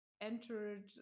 entered